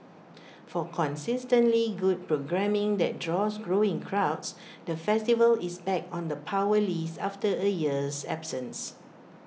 for consistently good programming that draws growing crowds the festival is back on the power list after A year's absence